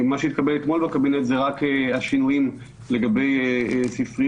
מה שהתקבל אתמול בקבינט הם רק השינויים לגבי ספריות